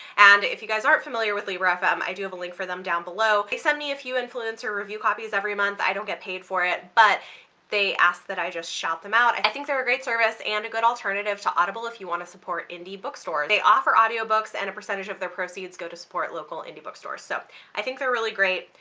and if you guys aren't familiar with libro fm i do have a link for them down below. they send me a few influencer review copies every month. i don't get paid for it but they ask that i just shout them out. i think they're a great service and a good alternative to audible if you want to support indie bookstores. they offer audiobooks and a percentage of their proceeds go to support local indie bookstores, so i think they're really great.